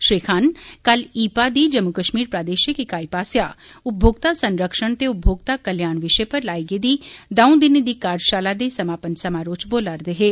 श्री खान कल I I P A दी जम्मू कश्मीर प्रादेशिक इकाई पास्सेआ उपभोक्ता संरक्षण ते उपभोक्ता कल्याण विशे उप्पर लाई गेदी दंऊ दिनें दी कार्यशाला दे समापन समारोह च बोला रदे हे